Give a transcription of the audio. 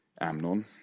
Amnon